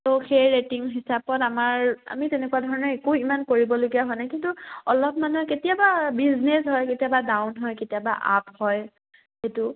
তো সেই ৰেটিং হিচাপত আমাৰ আমি তেনেকুৱা ধৰণে একো ইমান কৰিবলগীয়া হোৱা নাই কিন্তু অলপ মানুহে কেতিয়াবা বিজনেছ হয় কেতিয়াবা ডাউন হয় কেতিয়াবা আপ হয় সেইটো